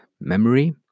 memory